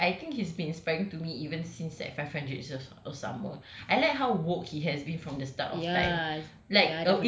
and in fact I think he's been inspiring to me even since that five hundred days of summer I like how vogue he has been from the start of time